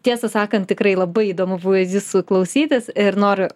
tiesą sakant tikrai labai įdomu buvo jūsų klausytis ir noriu